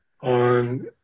on